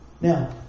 Now